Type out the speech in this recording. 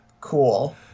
cool